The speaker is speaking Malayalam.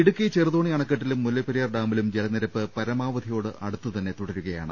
ഇടുക്കി ചെറുതോണി അണക്കെട്ടിലും മുല്ലപ്പെരിയാർ ഡാമിലും ജലനിരപ്പ് പരമാവധിയോട് അടുത്തുതന്നെ തുടരു കയാണ്